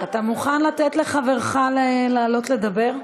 אתה מוכן לתת לחברך לעלות לדבר?